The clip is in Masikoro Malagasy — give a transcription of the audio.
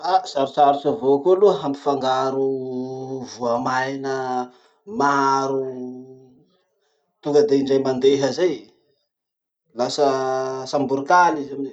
Ah sarosarotsy avao koa aloha hampifangaro voamaina maro tonga de indray mandeha zay. Lasa samborokaly izy amizay.